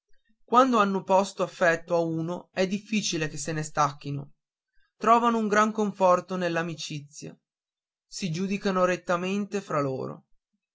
quando hanno posto affetto a uno è difficile che se ne stacchino trovano un gran conforto nell'amicizia si giudicano rettamente fra loro